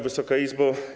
Wysoka Izbo!